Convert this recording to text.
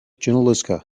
junaluska